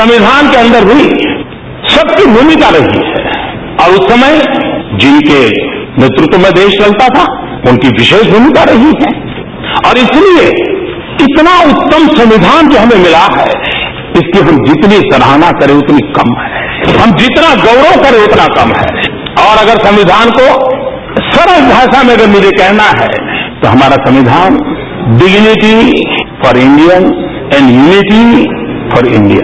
संविधान के अंदर भी सबकी भूमिका रही है और उस समय जिनके नेतत्व में देश चलता था उनकी विशेष भूमिका रही है और इसलिए इतना उत्तम संविधान जो हमें मिला हैं इसकी हम जितनी सराहना करें उतनी कम है हम जितना गौरव करें उतना कम हैं और अगर संविधान को सरल भाषा में अगर मुझे कहना है तो हमारा संविधान dignity for Indian and unity for India